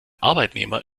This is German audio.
arbeitnehmer